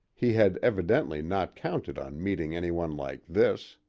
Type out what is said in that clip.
he had evidently not counted on meeting anyone like this.